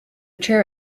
chair